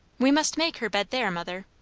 we must make her bed there, mother.